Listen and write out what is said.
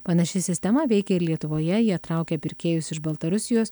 panaši sistema veikia ir lietuvoje jie traukia pirkėjus iš baltarusijos